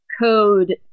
code